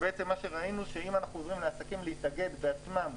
ראינו שאם אנחנו עוזרים לעסקים להתאגד בעצמם,